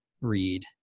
read